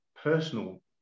personal